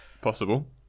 Possible